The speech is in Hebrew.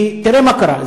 כי תראה מה קרה.